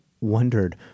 wondered